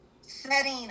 setting